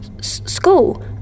School